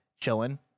chilling